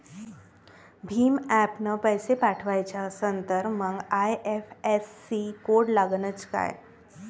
भीम ॲपनं पैसे पाठवायचा असन तर मंग आय.एफ.एस.सी कोड लागनच काय?